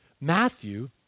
Matthew